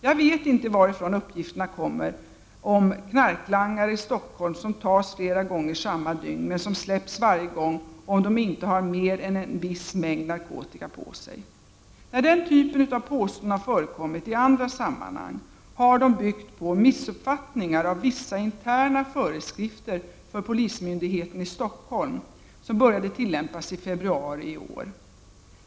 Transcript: Jag vet inte varifrån uppgifterna kommer om knarklangare i Stockholm som tas flera gånger samma dygn men som släpps varje gång om de inte har mer än en viss mängd narkotika på sig. När det typen av påståenden har förekommit i andra sammanhang har de byggt på missuppfattningar av vissa interna föreskrifter för polismyndigheten i Stockholm som började tillämpas i februari i år.